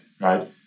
right